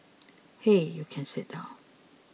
hey you can sit down